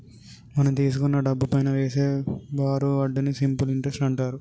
మనం తీసుకున్న డబ్బుపైనా వేసే బారు వడ్డీని సింపుల్ ఇంటరెస్ట్ అంటారు